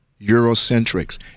Eurocentrics